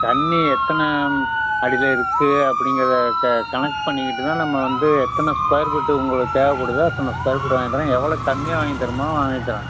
தண்ணி எத்தனை அடியில இருக்குது அப்படிங்கறத க கணக்கு பண்ணிக்கிட்டு தான் நம்ம வந்து எத்தனை ஸ்கொயர் ஃபீட்டு உங்களுக்கு தேவைப்படுதோ அத்தனை ஸ்கொயர் ஃபீட்டு வாங்கி தரேன் எவ்வளோ கம்மியாக வாங்கி தரணுமோ வாங்கி தரேன்